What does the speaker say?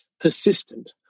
persistent